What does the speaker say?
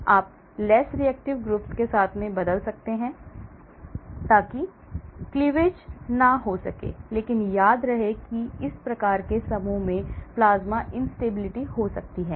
आप less reactive groups के साथ बदल सकते हैं ताकि cleavage न हो लेकिन मुझे याद है कि इस प्रकार के समूहों में plasma instability हो सकती है